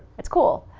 it's cool.